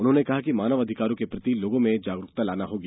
उन्होंने कहा कि मानव अधिकारों के प्रति लोगों में जागरूकता लाना होगी